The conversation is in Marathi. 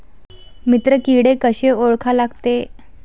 मित्र किडे कशे ओळखा लागते?